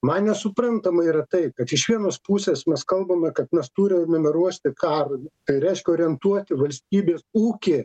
man nesuprantama yra tai kad iš vienos pusės mes kalbame kad mes turim numeruosti karui tai reiškia orientuoti valstybės ūkį